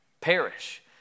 perish